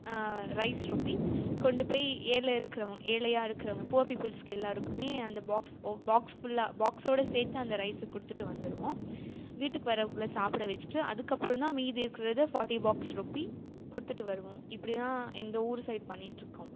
rice ரொப்பி கொண்டு போய் ஏரியாவில் இருக்கறவங்க ஏழையாக இருக்கறவங்க புவர் பீப்பிள்சுக்கு எல்லாருக்குமே அந்த பாக்ஸ் ஓ பாக்ஸ் ஃபுல்லாக பாக்ஸோடு சேர்த்து அந்த ரைஸை கொடுத்துட்டு வந்துடுவோம் வீட்டுக்கு வரவங்களை சாப்பிட வெச்சுட்டு அதுக்கப்றந்தான் மீதி இருக்கிறத ஃபார்ட்டி பாக்ஸ் ரொப்பி குடுத்துட்டு வருவோம் இப்படி தான் எங்கள் ஊர் சைட் பண்ணிட்டிருக்கோம்